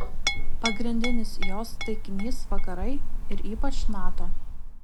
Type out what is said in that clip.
pagrindinis jos taikinys vakarai ir ypač nato